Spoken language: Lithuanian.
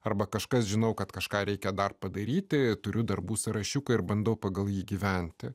arba kažkas žinau kad kažką reikia dar padaryti turiu darbų sąrašiuką ir bandau pagal jį gyventi